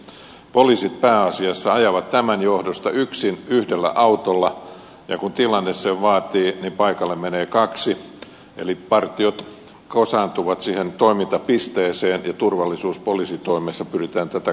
poliisit pääasiassa ajavat tämän johdosta yksin yhdellä autolla ja kun tilanne sen vaatii paikalle menee kaksi eli partiot kasaantuvat siihen toimintapisteeseen ja turvallisuus poliisitoimessa pyritään tätä kautta takaamaan